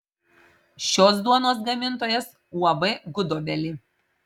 šios duonos gamintojas uab gudobelė